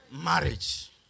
marriage